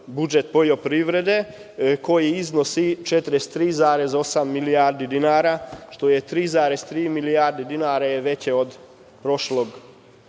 budžet poljoprivrede koji iznosi 43,8 milijardi dinara, što je 3,3 milijardi dinara veće od prošlog